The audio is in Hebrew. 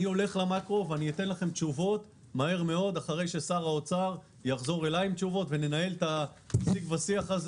אני אתן לכם תשובות אחרי ששר האוצר יחזור אלי עם תשובות וננהל שיג ושיח,